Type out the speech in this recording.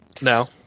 No